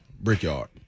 Brickyard